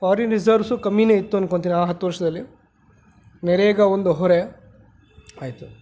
foreign reserves ಕಮ್ಮಿನೇ ಇತ್ತು ಅಂದ್ಕೋತಿರಾ ಆ ಹತ್ತು ವರ್ಷದಲ್ಲಿ ನರೆಗಾ ಒಂದು ಹೊರೆ ಆಯಿತು